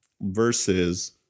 versus